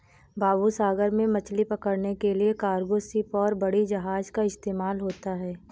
बाबू सागर में मछली पकड़ने के लिए कार्गो शिप और बड़ी जहाज़ का इस्तेमाल होता है